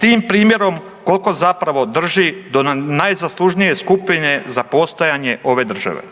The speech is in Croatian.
tim primjerom koliko zapravo drži do najzaslužnije skupine za postojanje ove države.